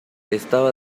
estaba